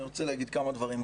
אני רוצה להגיד כמה דברים.